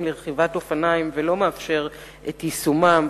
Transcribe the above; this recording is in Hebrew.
לרכיבת אופניים ולא מאפשר את יישומם,